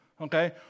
okay